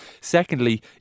secondly